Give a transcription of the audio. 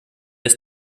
ist